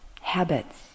habits